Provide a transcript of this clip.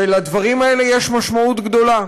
ולדברים האלה יש משמעות גדולה,